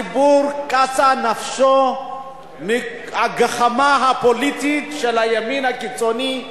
קצה נפשו של הציבור בגחמה הפוליטית של הימין הקיצוני,